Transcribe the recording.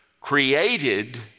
created